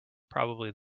probably